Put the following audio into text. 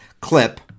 clip